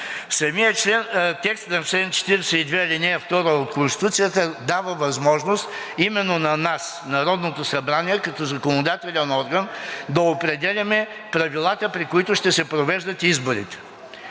Самият текст в чл. 42, ал. 2 от Конституцията дава възможност именно на нас, Народното събрание като законодателен орган, да определяме правилата, при които ще се провеждат изборите.